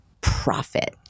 profit